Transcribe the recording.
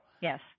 Yes